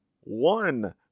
one